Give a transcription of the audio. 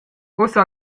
ussa